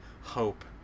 hope